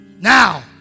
Now